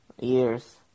Years